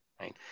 right